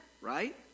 right